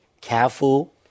careful